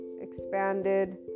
expanded